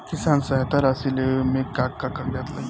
किसान सहायता राशि लेवे में का का कागजात लागी?